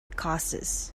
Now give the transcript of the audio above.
causes